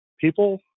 people